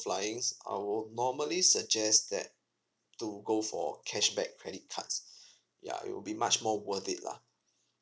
flying I will normally suggest that to go for cashback credit cards ya it will be much more worth it lah